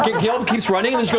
caleb keeps running and so